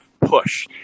push